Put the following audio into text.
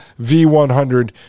V100